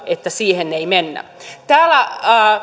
että tähän perusturvan leikkaamiseen ei mennä täällä